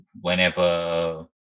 Whenever